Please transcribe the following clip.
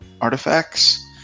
artifacts